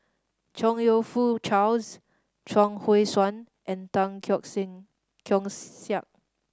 Chong You Fook Charles Chuang Hui Tsuan and Tan Keong Keong Saik